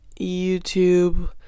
YouTube